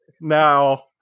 now